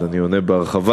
אז אני עונה בהרחבה,